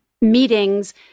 meetings